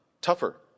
Tougher